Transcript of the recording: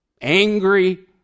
angry